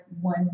one